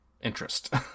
interest